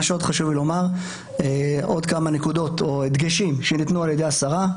חשוב לי לומר עוד כמה דגשים שניתנו על ידי השרה: